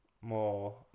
more